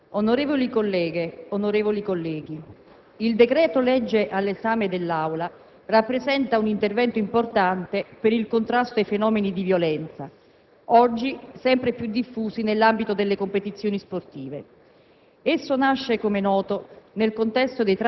*(RC-SE)*. Signor Presidente, onorevoli colleghe, onorevoli colleghi, il decreto-legge all'esame dell'Aula rappresenta un intervento importante per il contrasto ai fenomeni di violenza, oggi sempre più diffusi nell'ambito delle competizioni sportive.